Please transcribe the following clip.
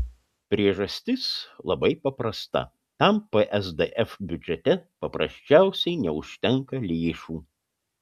priežastis labai paprasta tam psdf biudžete paprasčiausiai neužtenka lėšų